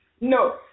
No